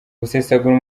gusesagura